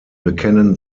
bekennen